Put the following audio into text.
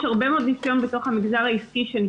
הרבה מאוד ניסיון שנצבר בתוך המגזר העסקי.